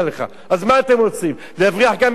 אז מה אתם רוצים, להבריח גם את החילונים?